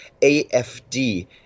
AFD